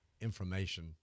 information